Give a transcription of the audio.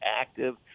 active